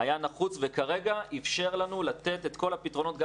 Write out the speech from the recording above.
היה נחוץ וכרגע אפשר לנו לתת את כל הפתרונות גם